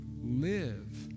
live